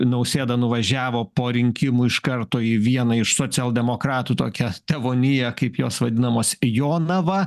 nausėda nuvažiavo po rinkimų iš karto į vieną iš socialdemokratų tokią tėvoniją kaip jos vadinamos jonava